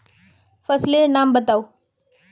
फसल लेर नाम बाताउ?